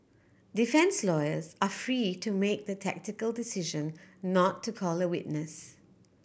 defence lawyers are free to make the tactical decision not to call a witness